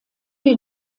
die